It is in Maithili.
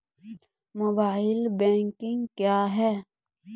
मोबाइल बैंकिंग क्या हैं?